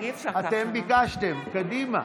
אתם ביקשתם, קדימה.